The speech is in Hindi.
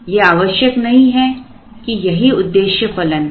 ये आवश्यक नहीं है कि यही उद्देश्य फलन हो